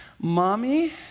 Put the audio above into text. Mommy